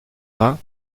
vingt